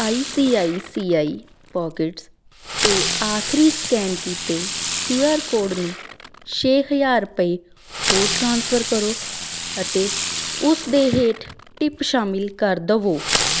I C I C I pockets 'ਤੇ ਆਖਰੀ scan ਕੀਤੇ ਕਯੂ ਆਰ ਕੋਡ ਨੂੰ ਛੇ ਹਜ਼ਾਰ ਰੁਪਏ ਹੋਰ ਟ੍ਰਾਂਸਫਰ ਕਰੋ ਅਤੇ ਉਸ ਦੇ ਹੇਠ ਟਿਪ ਸ਼ਾਮਿਲ ਕਰ ਦੇਵੋ